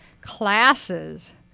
classes